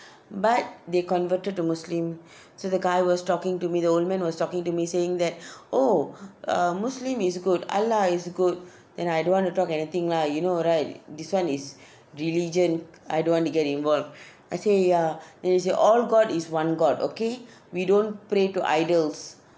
but they converted to muslim so the guy was talking to me the old man was talking to me saying that oh uh muslim is good allah is good then I don't want to talk anything lah you know right this one is religion I don't want to get involved I say ya then he say all god is one god okay we don't pray to idols